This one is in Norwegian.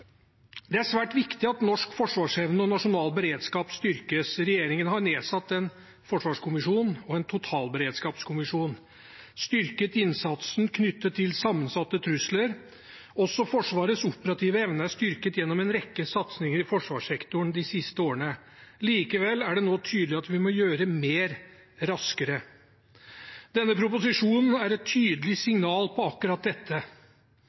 Det er svært viktig at norsk forsvarsevne og nasjonal beredskap styrkes. Regjeringen har nedsatt en forsvarskommisjon og en totalberedskapskommisjon og har styrket innsatsen knyttet til sammensatte trusler. Også Forsvarets operative evne er styrket gjennom en rekke satsinger i forsvarssektoren de siste årene. Likevel er det nå tydelig at vi må gjøre mer raskere. Denne proposisjonen er et tydelig signal om akkurat dette.